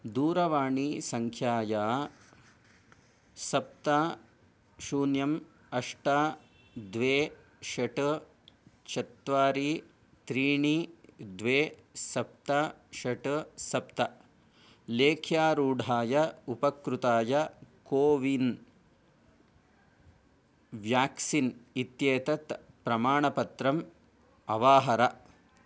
दूरवाणीसङ्ख्यायाः सप्त शून्यं अष्ट द्वे षट् चत्वारि त्रीणि द्वे सप्त षट् सप्त लेख्यारूढाय उपकृताय कोविन् व्याक्सीन् इत्येतत् प्रमाणपत्रं अवाहर